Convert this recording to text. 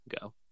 go